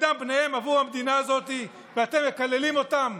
בדם בניהם עבור המדינה הזאת, ואתם מקללים אותם?